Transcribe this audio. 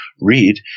read